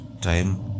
time